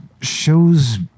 shows